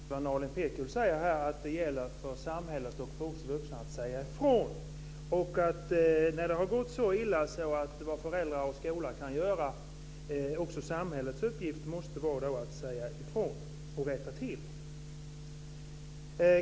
Fru talman! Jag vill gärna instämma i vad Nalin Pekgul säger om att det gäller för samhället och för oss vuxna att säga ifrån. När det har gått så illa att föräldrar och skola har gjort vad de kan göra måste också samhällets uppgift vara att säga ifrån och rätta till.